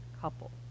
couple